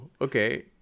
okay